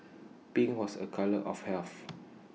pink was A colour of health